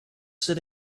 sit